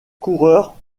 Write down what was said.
coureurs